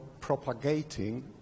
propagating